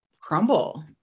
crumble